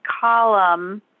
column